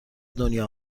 دنیا